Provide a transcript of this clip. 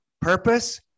purpose